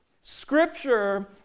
Scripture